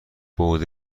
بُعد